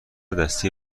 دستی